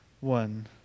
one